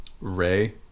Ray